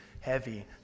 heavy